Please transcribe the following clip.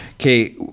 Okay